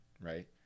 right